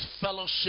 fellowship